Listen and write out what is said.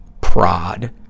prod